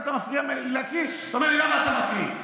גם מפריע לי להקריא ואומר לי למה אתה מקריא?